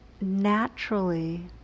naturally